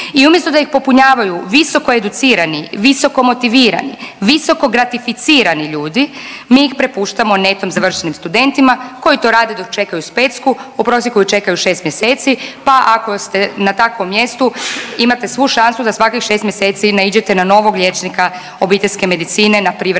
i umjesto da ih popunjavaju visoko educirani, visoko motivirani visoko gratificirani ljudi mi ih prepuštamo netom završenim studentima koji to rade dok čekaju specku. U prosjeku je čekaju 6 mjeseci, pa ako ste na takvom mjestu imate svu šansu da svakih 6 mjeseci naiđete na novog liječnika obiteljske medicine na privremenom